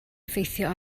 effeithio